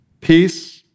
peace